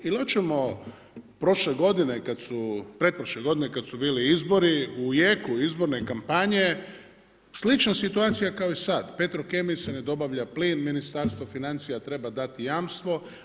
Ili hoćemo prošle godine kad su, pretprošle godine kad su bili izbori u jeku izborne kampanje slična situacija kao i sad Petrokemiji se ne dobavlja plin, Ministarstvo financija treba dati jamstvo.